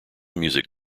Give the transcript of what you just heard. music